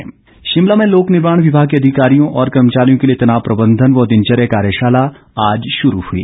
कार्यशाला शिमला में लोक निर्माण विभाग के अधिकारियों और कर्मचारियों के लिए तनाव प्रबंधन व दिनचर्या कार्यशाला आज शुरू हई